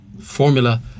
formula